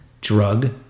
drug